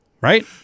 Right